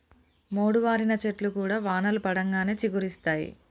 మోడువారిన చెట్లు కూడా వానలు పడంగానే చిగురిస్తయి